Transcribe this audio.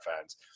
fans